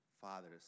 fathers